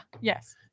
yes